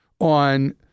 on